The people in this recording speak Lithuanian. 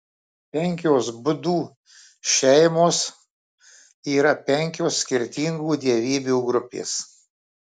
penkios budų šeimos yra penkios skirtingų dievybių grupės